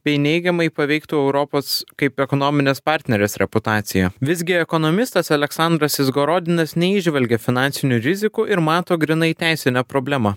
bei neigiamai paveiktų europos kaip ekonominės partnerės reputaciją visgi ekonomistas aleksandras izgorodinas neįžvelgia finansinių rizikų ir mato grynai teisinę problemą